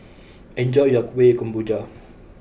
enjoy your Kueh Kemboja